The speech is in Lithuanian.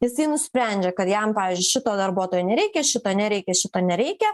jisai nusprendžia kad jam pavyzdžiui šito darbuotojo nereikia šito nereikia šito nereikia